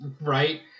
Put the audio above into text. right